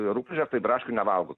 rupūžės tai braškių nevalgo